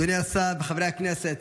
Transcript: אדוני השר, חברי הכנסת,